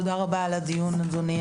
תודה רבה על הדיון, אדוני.